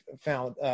found